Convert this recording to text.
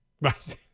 Right